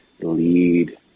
lead